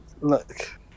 Look